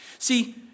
See